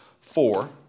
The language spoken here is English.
four